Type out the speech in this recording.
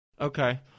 Okay